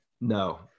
No